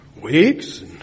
weeks